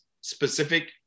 specific